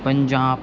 Punjab